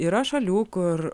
yra šalių kur